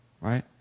right